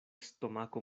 stomako